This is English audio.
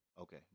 Okay